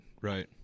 Right